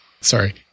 sorry